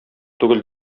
түгел